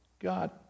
God